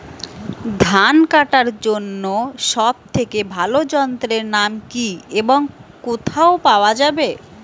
ধান কাটার জন্য সব থেকে ভালো যন্ত্রের নাম কি এবং কোথায় পাওয়া যাবে?